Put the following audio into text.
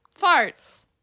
farts